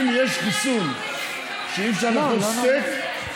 אם יש חיסון שאי-אפשר לאכול סטייק,